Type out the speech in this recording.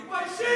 תתביישי,